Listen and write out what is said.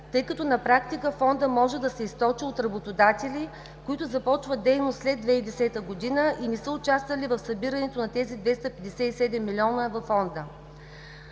тъй като на практика Фондът може да се източи от работодатели, които започват дейност след 2010 г. и не са участвали в събирането на тези 257 милиона във Фонда.